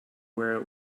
where